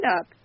up